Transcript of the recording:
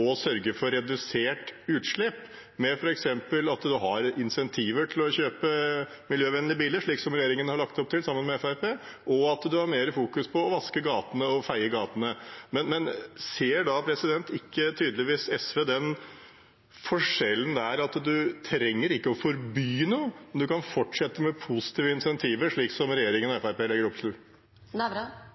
å sørge for redusert utslipp, f.eks. ved å ha insentiver til å kjøpe miljøvennlige biler, slik som regjeringen sammen med Fremskrittspartiet har lagt opp til, og at en fokuserer mer på å feie og vaske gatene. Ser ikke SV den forskjellen, at en trenger ikke å forby noe, men at en kan fortsette med positive insentiver, slik som regjeringen og Fremskrittspartiet legger